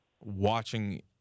watching